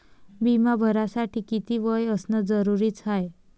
बिमा भरासाठी किती वय असनं जरुरीच हाय?